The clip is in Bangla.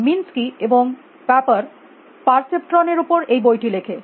মিনসকি এবং প্যাপার পারসেপট্রন এর উপরে এই বইটি লেখেন